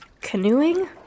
canoeing